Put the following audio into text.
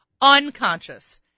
unconscious